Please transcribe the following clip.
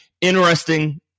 interesting